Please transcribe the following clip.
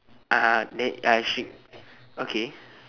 ah there ya she okay